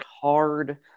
hard